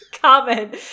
comment